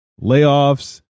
layoffs